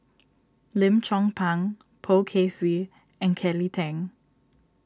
Lim Chong Pang Poh Kay Swee and Kelly Tang